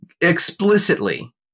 explicitly